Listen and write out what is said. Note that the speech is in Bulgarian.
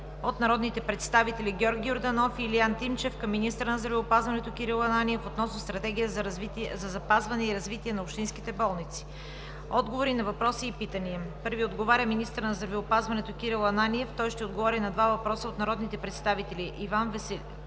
от народните представители Георги Йорданов и Илиян Тимчев към министъра на здравеопазването Кирил Ананиев относно стратегия за запазване и развитие на общинските болници. Отговори на въпроси и питания: - министърът на здравеопазването Кирил Ананиев ще отговори на два въпроса от народните представители Иван Валентинов